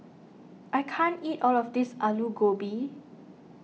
I can't eat all of this Aloo Gobi